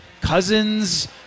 Cousins